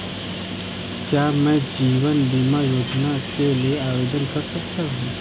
क्या मैं जीवन बीमा योजना के लिए आवेदन कर सकता हूँ?